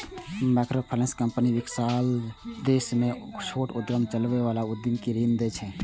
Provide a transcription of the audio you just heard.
microfinance company विकासशील देश मे छोट उद्यम चलबै बला उद्यमी कें ऋण दै छै